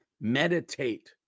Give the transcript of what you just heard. Meditate